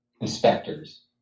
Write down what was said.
inspectors